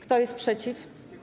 Kto jest przeciw?